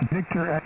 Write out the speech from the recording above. Victor